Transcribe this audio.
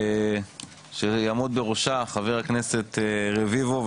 שיעמוד בראשה חבר הכנסת רביבו,